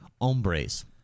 Hombres